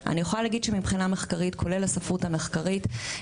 אני יכולה להגיד שמבחינה מחקרית כולל הספרות המחקרית,